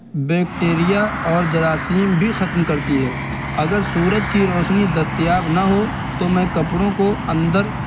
bacteria اور جراثیم بھی ختم کرتی ہے اگر سورج کی روشنی دستیاب نہ ہو تو میں کپڑوں کو اندر